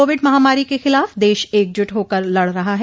Covid महामारी के खिलाफ़ देश एकजुट होकर लड़ रहा है